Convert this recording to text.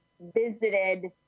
visited